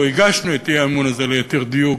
או הגשנו את האי-אמון הזה ליתר דיוק,